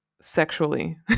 sexually